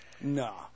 No